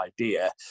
idea